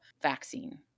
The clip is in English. vaccine